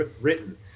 written